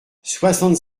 soixante